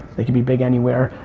they can be big anywhere.